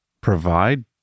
provide